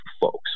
folks